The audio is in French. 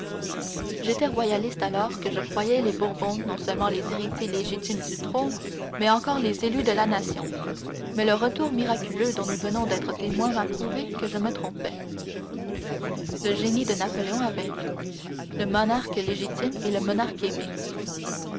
j'étais royaliste alors que je croyais les bourbons non seulement les héritiers légitimes du trône mais encore les élus de la nation mais le retour miraculeux dont nous venons d'être témoins m'a prouvé que je me trompais le génie de napoléon a vaincu le monarque légitime est le monarque